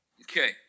Okay